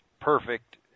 perfect